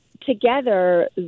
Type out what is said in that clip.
together